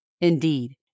Indeed